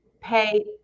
pay